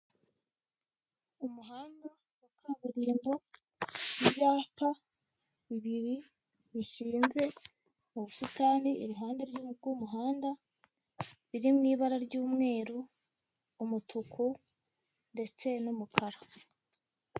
Umuhanda wa kaburimbo n'ibyapa bibiri bishinze mu busitani, iruhande rw'umuhanda ruri m'ibara ry'umweru, umutuku ndetse n'umukara.